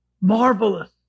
marvelous